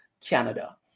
Canada